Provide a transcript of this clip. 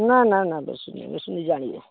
ନା ନା ବେଶୀ ନୁହେଁ ବେଶୀ ନୁହେଁ ଜାଣିବେ